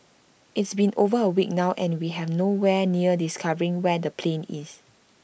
it's been over A week now and we have no where near discovering where the plane is